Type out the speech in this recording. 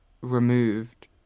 removed